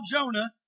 Jonah